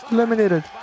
Eliminated